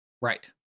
Right